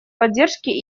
поддержки